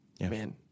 Man